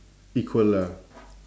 equal ah